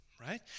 right